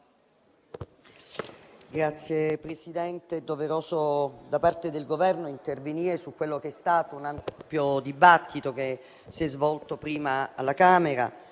Signor Presidente, è doveroso da parte del Governo intervenire su quello che è stato un ampio dibattito, che si è svolto prima alla Camera,